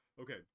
Okay